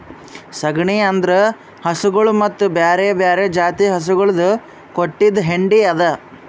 ಸಗಣಿ ಅಂದುರ್ ಹಸುಗೊಳ್ ಮತ್ತ ಬ್ಯಾರೆ ಬ್ಯಾರೆ ಜಾತಿದು ಹಸುಗೊಳ್ ಕೊಟ್ಟಿದ್ ಹೆಂಡಿ ಅದಾ